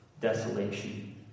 desolation